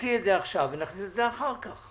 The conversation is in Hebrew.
נוציא את זה עכשיו ונכניס את זה אחר כך.